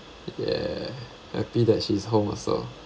ya happy that she's home also